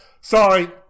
sorry